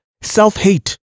self-hate